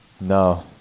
No